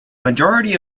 majority